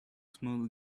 small